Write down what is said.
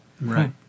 Right